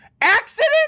Accident